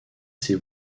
ses